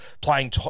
playing